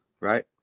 Right